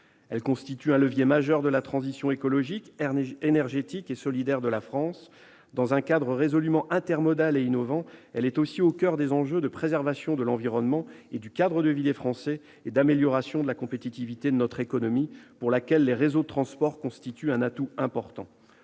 Elle constitue un levier majeur de la transition écologique, énergétique et solidaire de la France. Dans un cadre résolument intermodal et innovant, elle est aussi au coeur des enjeux de préservation de l'environnement et du cadre de vie des Français et d'amélioration de la compétitivité de notre économie, pour laquelle les réseaux de transport constituent un atout important.